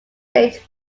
saint